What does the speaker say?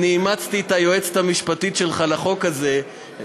אני אימצתי את היועצת המשפטית שלך לחוק הזה,